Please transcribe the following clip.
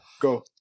Go